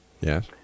Yes